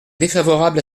défavorable